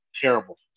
terrible